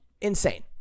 insane